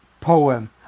poem